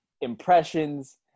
impressions